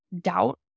doubt